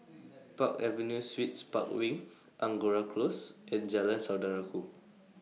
Park Avenue Suites Park Wing Angora Close and Jalan Saudara Ku